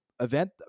event